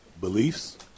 Beliefs